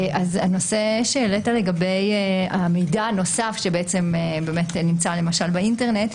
הנושא שהעלית לגבי המידע הנוסף שנמצא למשל באינטרנט,